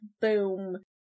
Boom